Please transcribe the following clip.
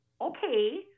okay